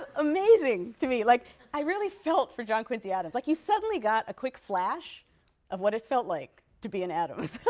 ah amazing to me. like i really felt for john quincy adams. like you suddenly got a quick flash of what it felt like to be an adams,